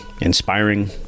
inspiring